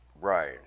Right